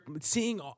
seeing